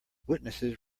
witnesses